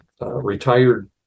retired